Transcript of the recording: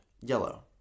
Yellow